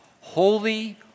Holy